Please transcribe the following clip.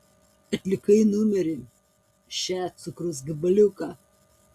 atlikai numerį še cukraus gabaliuką